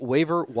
Waiver